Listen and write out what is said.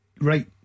Right